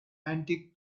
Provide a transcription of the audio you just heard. antique